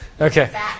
Okay